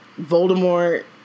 Voldemort